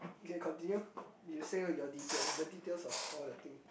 K continue you say your details the details of all the thing